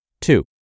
Two